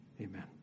amen